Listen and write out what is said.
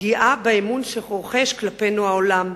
פגיעה באמון שרוחש כלפינו העולם.